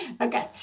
Okay